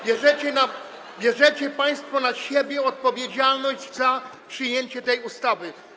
Bierzecie państwo na siebie odpowiedzialność za przyjęcie tej ustawy.